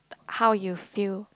how you feel